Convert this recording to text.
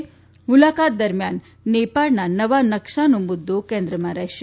મુલાકાત દરમ્યાન નેપાળના નવા નકશાનો મુદ્દો કેન્દ્રમાં રહેશે